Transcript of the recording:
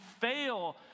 fail